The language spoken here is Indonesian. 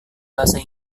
bahasa